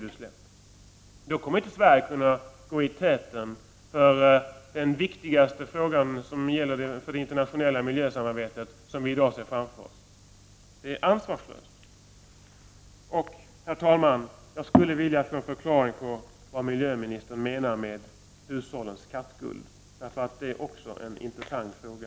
Med en sådan politik kommer Sverige inte att kunna gå i täten när det gäller den viktigaste fråga för det internationella miljösamarbetet som vi i dag ser framför oss. Det är ansvarslöst. Herr talman! Jag skulle vilja ha en förklaring på vad energiministern menar med ”hushållens kraftskuld”. Det är också en intressant fråga.